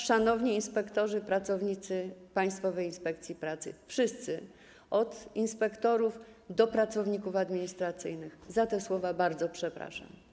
Szanowni inspektorzy, pracownicy Państwowej Inspekcji Pracy - wszyscy, od inspektorów do pracowników administracyjnych - bardzo was za te słowa przepraszam.